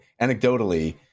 anecdotally